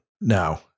no